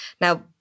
Now